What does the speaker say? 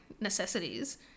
necessities